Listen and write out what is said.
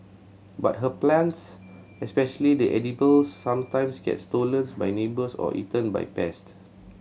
but her plants especially the edibles sometimes get stolen by neighbours or eaten by pest